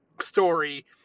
story